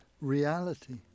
reality